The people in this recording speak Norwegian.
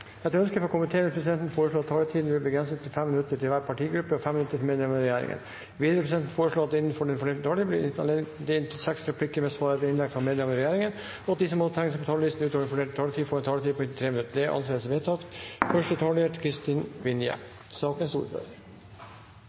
Etter ønske fra energi- og miljøkomiteen vil presidenten foreslå at taletiden blir begrenset til 5 minutter til hver partigruppe og 5 minutter til medlemmer av regjeringen. Videre vil presidenten foreslå at det – innenfor den fordelte taletid – blir gitt anledning til inntil seks replikker med svar etter innlegg fra medlemmer av regjeringen, og at de som måtte tegne seg på talerlisten utover den fordelte taletid, får en taletid på inntil 3 minutter. – Det anses vedtatt.